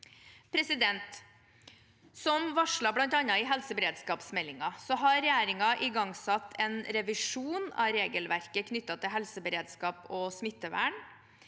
helsetjeneste. Som varslet bl.a. i helseberedskapsmeldingen har regjeringen igangsatt en revisjon av regelverket knyttet til helseberedskap og smittevern.